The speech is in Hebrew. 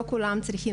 לא כולם צריכים,